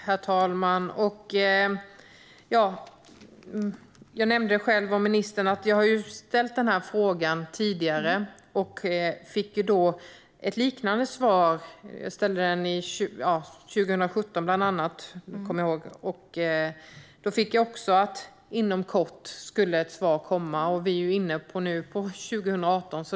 Herr talman! Som jag nämnde har jag ställt den här frågan till ministern tidigare, bland annat 2017, och fick då ett liknande svar, att ett svar skulle komma inom kort. Vi är nu inne på 2018.